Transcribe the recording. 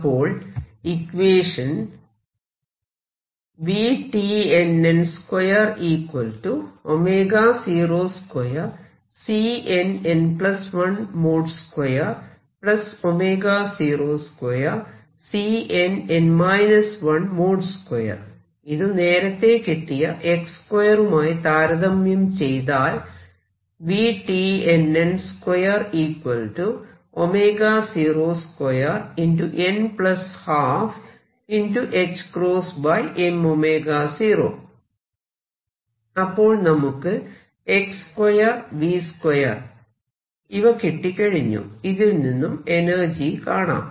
അപ്പോൾ ഇക്വേഷൻ ഇത് നേരത്തെ കിട്ടിയ x2 മായി താരതമ്യം ചെയ്താൽ അപ്പോൾ നമുക്ക് x2 v 2 ഇവ കിട്ടി കഴിഞ്ഞു ഇതിൽ നിന്നും എനർജി കാണാം